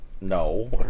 No